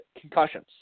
concussions